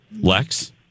Lex